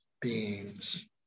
beings